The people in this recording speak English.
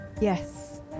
Yes